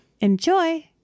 enjoy